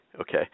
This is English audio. okay